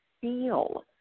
feel